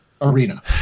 arena